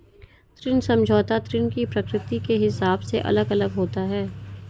ऋण समझौता ऋण की प्रकृति के हिसाब से अलग अलग होता है